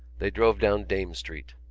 they drove down dame street.